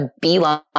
beeline